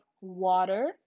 water